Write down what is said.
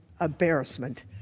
embarrassment